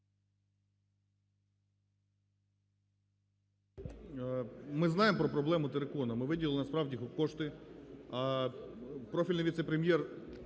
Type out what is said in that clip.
Ми знаємо про проблему терикону, ми виділили, насправді, кошти. Профільний віце-прем'єр